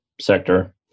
sector